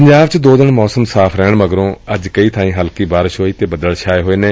ਪੰਜਾਬ ਚ ਦੋ ਦਿਨ ਮੌਸਮ ਸਾਫ਼ ਰਹਿਣ ਮਗਰੋ ਅੱਜ ਕਈ ਬਾਈਂ ਹਲਕੀ ਬਾਰਿਸ਼ ਹੋਈ ਤੇ ਬਦਲ ਛਾਏ ਹੋਏ ਨੇ